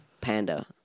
Panda